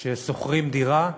ששוכרים דירה,